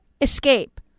escape